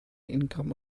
income